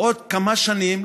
בעוד כמה שנים,